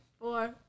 four